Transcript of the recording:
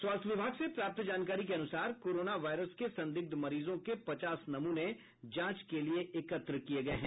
स्वास्थ्य विभाग से प्राप्त जानकारी के अनुसार कोरोना वायरस के संदिग्ध मरीजों के पचास नमूने जांच के लिये एकत्र किये गये हैं